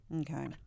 Okay